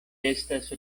estas